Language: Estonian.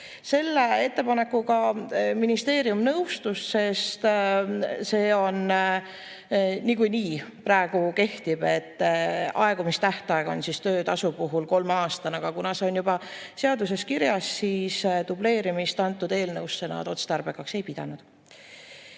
Selle ettepanekuga ministeerium nõustus, sest see niikuinii praegu kehtib, aegumistähtaeg on töötasu puhul kolmeaastane. Aga kuna see on juba seaduses kirjas, siis dubleerimist sellesse eelnõusse nad otstarbekaks ei pidanud.